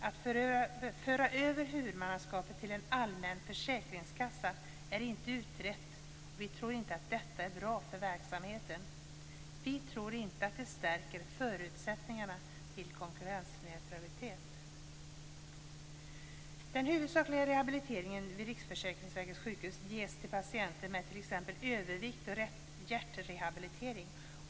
Att föra över huvudmannaskapet till en allmän försäkringskassa är inte utrett. Vi tror inte att detta är bra för verksamheten. Vi tror inte att det stärker förutsättningarna för konkurrensneutralitet. Den huvudsakliga rehabiliteringen vid Riksförsäkringsverkets sjukhus ges till patienter med t.ex. övervikt och hjärtbesvär.